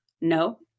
No